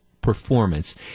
performance